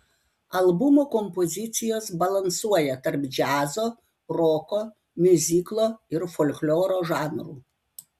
albumo kompozicijos balansuoja tarp džiazo roko miuziklo ir folkloro žanrų